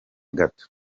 gato